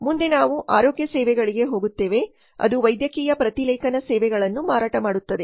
ಮುಂದೆ ನಾವು ಆರೋಗ್ಯ ಸೇವೆಗಳಿಗೆ ಹೋಗುತ್ತೇವೆ ಅದು ವೈದ್ಯಕೀಯ ಪ್ರತಿಲೇಖನ ಸೇವೆಗಳನ್ನು ಮಾರಾಟ ಮಾಡುತ್ತದೆ